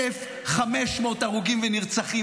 1,500 הרוגים ונרצחים.